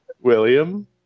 William